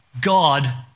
God